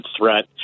threat